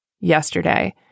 yesterday